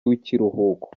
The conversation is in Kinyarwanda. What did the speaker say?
w’ikiruhuko